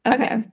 Okay